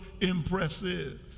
impressive